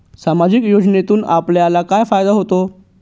सामाजिक योजनेतून आपल्याला काय फायदा होतो?